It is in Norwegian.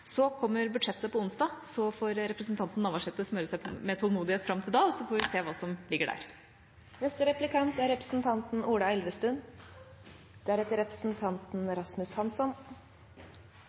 Så kommer budsjettet på onsdag, så får representanten Navarsete smøre seg med tålmodighet fram til da, og så får vi se hva som ligger der.